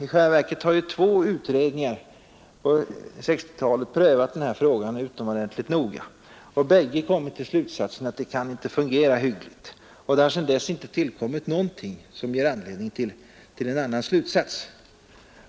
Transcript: I själva verket har två utredningar på 1960-talet prövat den här frågan utomordentligt noga och bägge har kommit till slutsatsen att ett sådant system inte kan fungera hyggligt. Och sedan dess har det inte inträffat någonting som ger anledning till en annan slutsats.